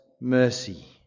mercy